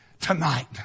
tonight